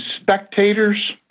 spectators